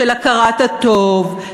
של הכרת הטוב,